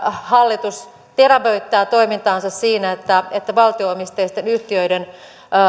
hallitus terävöittää toimintaansa siinä että että valtio omisteisten yhtiöiden